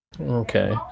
Okay